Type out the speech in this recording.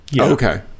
Okay